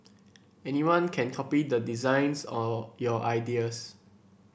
anyone can copy the designs or your ideas